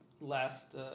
last